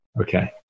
Okay